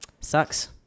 sucks